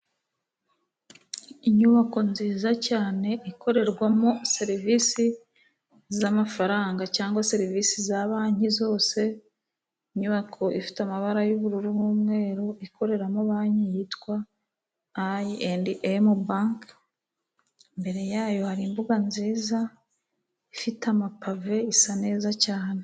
Inyubako nziza cyane ikorerwamo serivisi z'amafaranga, cyangwa serivisi za banki zose. Inyubako ifite amabara y'ubururu n'umweru ikoreramo banki yitwa IM banki, imbere yayo hari imbuga nziza ifite amapave, isa neza cyane.